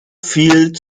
viel